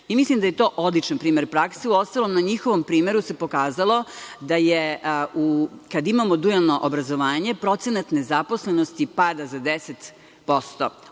Mislim da je to odličan primer prakse. Uostalom, na njihovom primeru se pokazalo da kad imamo dualno obrazovanje, procenat nezaposlenosti pada za 10%,